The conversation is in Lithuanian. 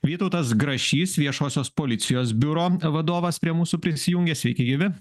vytautas grašys viešosios policijos biuro vadovas prie mūsų prisijungė sveiki gyvi